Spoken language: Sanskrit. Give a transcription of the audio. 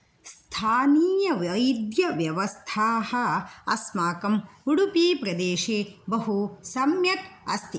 स्थानीयवैद्यव्यवस्थाः अस्माकम् उडुपिप्रदेशे बहु सम्यक् अस्ति